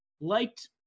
liked